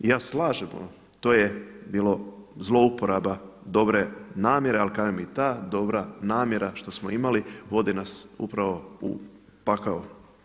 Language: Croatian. I ja se slažem, to je bilo zlouporaba dobre namjere ali kažem i ta dobra namjera što smo imali vodi nas upravo u pakao.